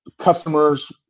customers